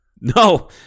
No